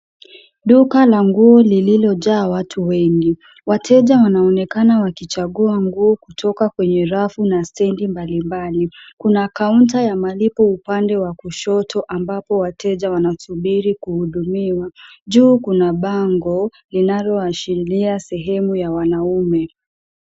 Duka la nguo lililojaa watu wengi. Wateja wanaoenakana wakichagua nguo kutoka kwenye rafu na stendi mbalimbali. Kuna kaunta ya malipo upande wa kushoto ambapo wateja wanasubiri kuhudumiwa. Juu kuna bango linaloashiria sehemu ya wanaume.